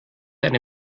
eine